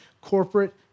corporate